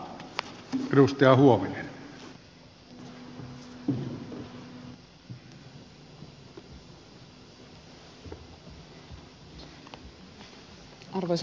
arvoisa puhemies